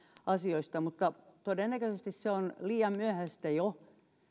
asioista mutta todennäköisesti se on liian myöhäistä jo